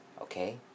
okay